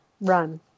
run